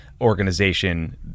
organization